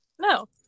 No